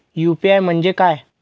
UPI म्हणजे काय?